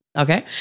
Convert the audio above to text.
okay